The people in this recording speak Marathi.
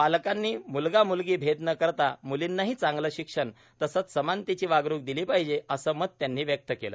पालकांनी मुलगा म्लगी भेद न करता मुलींनाही चांगले शिक्षण तसेच समानतेची वागणुक दिली पाहिजे असे मत त्यांनी व्यक्त केले